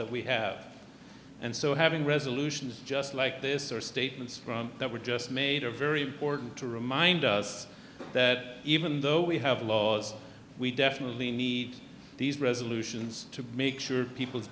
that we have and so having resolutions just like this or statements that were just made a very important to remind us that even though we have laws we definitely need these resolutions to make sure people's